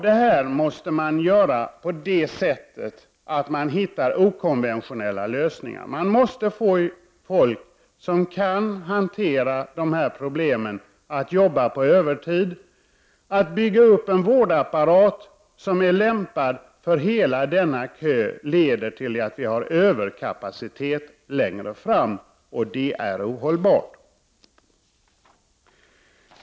Det måste man klara av genom att hitta okonventionella lösningar. Man måste få folk som kan hantera de här problemen att jobba på övertid. Försöken att bygga upp en vårdapparat som är lämpad för hela denna kö leder till att vi får överkapacitet längre fram, och det är ohållbart.